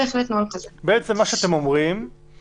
בעצם מה שאתם אומרים זה